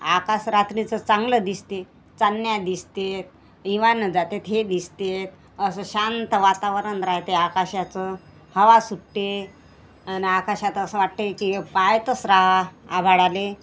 आकाश रात्रीचंच चांगलं दिसते चांदण्या दिसते विमानं जातात हे दिसतात असं शांत वातावरण राहते आकाशाचं हवा सुटते आणि आकाशात असं वाटतंय की पाहतच राहा आभाळाला